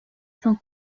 sont